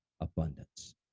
abundance